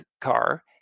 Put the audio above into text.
car